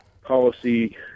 policy